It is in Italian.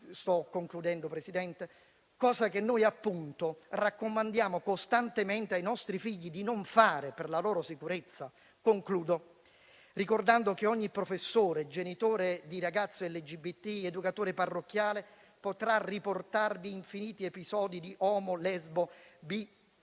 sto concludendo, Presidente - «raccomandiamo costantemente ai nostri figli di non fare, per la loro sicurezza. Concludo ricordando che ogni professore, genitore di ragazzo LGBT, educatore parrocchiale potrà riportarvi infiniti episodi di omo-, lesbo-, bi-,